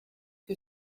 que